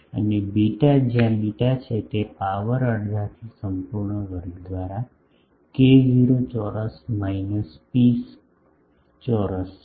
અને બીટા જ્યાં બીટા છે તે પાવર અડધાથી સંપૂર્ણ વર્ગ દ્વારા k0 ચોરસ માઈનસ પિ ચોરસ છે